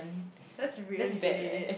that's really late